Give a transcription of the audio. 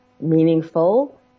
meaningful